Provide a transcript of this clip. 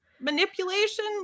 manipulation